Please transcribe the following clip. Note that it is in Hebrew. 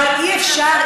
אבל אי-אפשר,